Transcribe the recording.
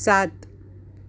સાત